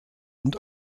und